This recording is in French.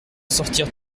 sortent